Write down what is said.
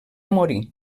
morir